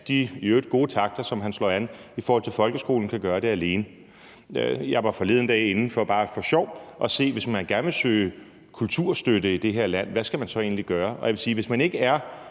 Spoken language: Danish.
gode takter, som han slår an i forhold til folkeskolen, kan gøre det alene. Jeg var forleden dag inde for bare for sjov at se på, hvad man, hvis man gerne vil søge kulturstøtte i det her land, så egentlig skal gøre, og jeg vil sige, at hvis man ikke er